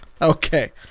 Okay